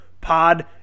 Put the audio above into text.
Pod